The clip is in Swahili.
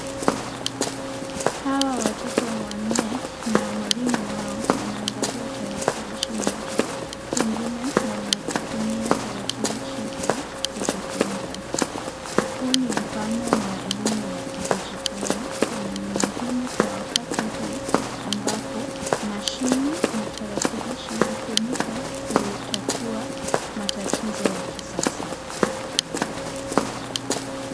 Hawa watoto wanne na mwalimu wao wanaangalia tarakilishi moja, pengine wanatumia tarakilishi hii kujifunza. Huu ni mfano wa elimu ya kijidatali na ni muhimu kwa wakati huu ambabo mashini na tarakilishi hutumika kutatua matatizo ya kisasa.